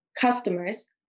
customers